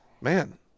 man